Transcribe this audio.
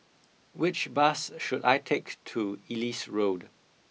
which bus should I take to Ellis Road